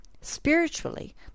Spiritually